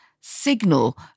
signal